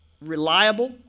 reliable